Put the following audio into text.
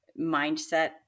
mindset